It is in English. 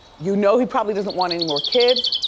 you know he probably doesn't want any more kids.